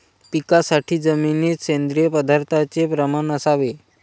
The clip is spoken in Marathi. पिकासाठी जमिनीत सेंद्रिय पदार्थाचे प्रमाण असावे